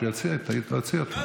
תוציא אותו.